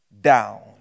Down